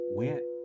went